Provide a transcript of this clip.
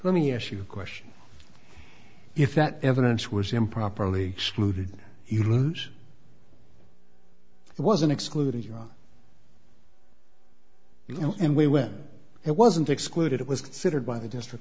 let me ask you a question if that evidence was improperly excluded you lose wasn't excluding you and we when it wasn't excluded it was considered by the district